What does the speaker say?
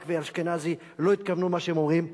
ואשכנזי לא התכוונו למה שהם אומרים.